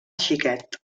xiquet